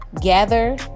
Gather